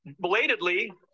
belatedly